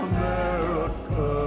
America